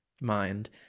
mind